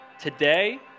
Today